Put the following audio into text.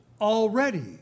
already